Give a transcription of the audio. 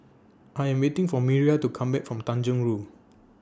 I Am waiting For Miriah to Come Back from Tanjong Rhu